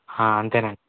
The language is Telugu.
అంతేనండి